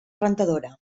rentadora